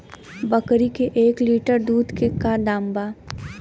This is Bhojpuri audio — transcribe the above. बकरी के एक लीटर दूध के का दाम बा?